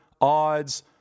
odds